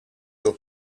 your